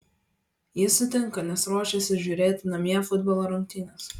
jis sutinka nes ruošiasi žiūrėti namie futbolo rungtynes